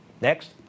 Next